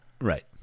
Right